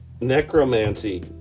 necromancy